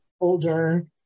older